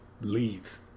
leave